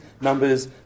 numbers